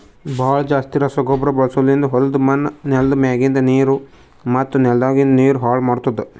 ಭಾಳ್ ಜಾಸ್ತಿ ರಸಗೊಬ್ಬರ ಬಳಸದ್ಲಿಂತ್ ಹೊಲುದ್ ಮಣ್ಣ್, ನೆಲ್ದ ಮ್ಯಾಗಿಂದ್ ನೀರು ಮತ್ತ ನೆಲದಾಗಿಂದ್ ನೀರು ಹಾಳ್ ಮಾಡ್ತುದ್